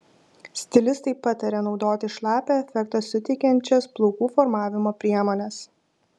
stilistai pataria naudoti šlapią efektą suteikiančias plaukų formavimo priemones